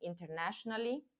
internationally